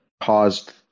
caused